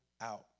out